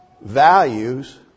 values